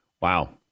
Wow